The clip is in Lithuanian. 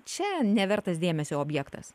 čia nevertas dėmesio objektas